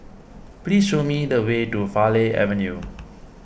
please show me the way to Farleigh Avenue